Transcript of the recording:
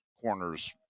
corners